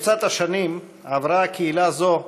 במרוצת השנים עברה קהילה זו,